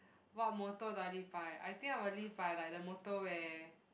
what motto do I live by I think I will live by like the motto where